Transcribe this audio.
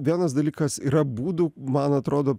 vienas dalykas yra būdų man atrodo